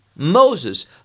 moses